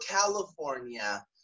California